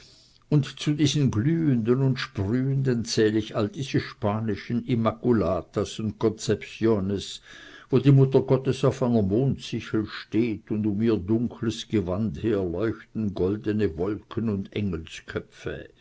und zu diesen glühenden und sprühenden zähl ich all diese spanischen immaculatas und concepciones wo die mutter gottes auf einer mondsichel steht und um ihr dunkles gewand her leuchten goldene wolken und